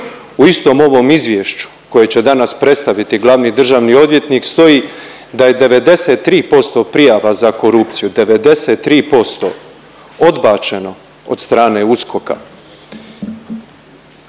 U istom ovom izvješću koje će danas predstaviti glavni državni odvjetnik stoji da je 93% prijava za korupciju, 93%, odbačeno od strane USKOK-a.